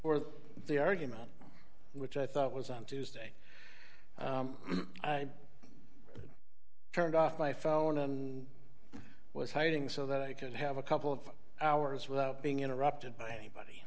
were the argument which i thought was on tuesday i turned off my phone and was hiding so that i could have a couple of hours without being interrupted